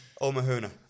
O'Mahuna